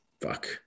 fuck